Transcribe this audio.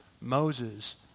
Moses